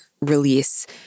release